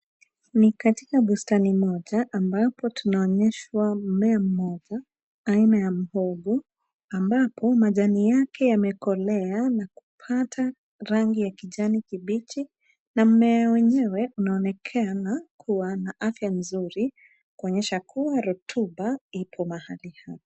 Ni katika bustani moja ambapo tunaonyeshwa mmea mmoja aina ya mhogo ambapo majani yake yamekolea na kupata rangi ya kijani kibichi, na mmea wenyewe unaonekana kuwa na afya nzuri kuonyesha kuwa rutuba ipo mahali hapa.